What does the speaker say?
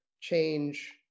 change